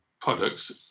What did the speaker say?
products